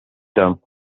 term